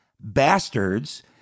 Bastards